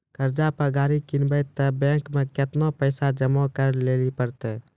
कर्जा पर गाड़ी किनबै तऽ बैंक मे केतना पैसा जमा करे लेली पड़त?